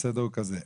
הסדר הוא כזה,